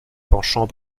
penchant